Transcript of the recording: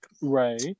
right